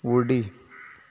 उडी